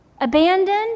Abandoned